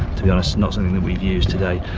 to be honest not something that we've used today,